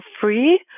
free